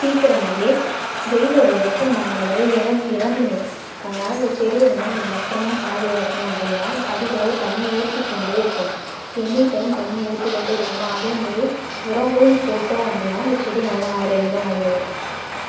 சீக்கரமாகவே வெயிலோடைய வெப்பம் தாங்க முடியாது இறந்துரும் அதனால் அந்த செடியை வந்து நம்ம பத்தரமாக பாதுக்காக்கணும் அப்படீன்னா அதிகளவு தண்ணி ஊற்றிக் கொண்டே இருக்கணும் எனி டைம் தண்ணி ஊற்றி கொண்டு இருக்கணும் அதேமாரி உரங்களும் போட்டோம் அப்படீன்னா அந்த செடி நல்லா ஆரோக்கியமாக வளந்து வரும்